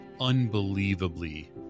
unbelievably